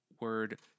word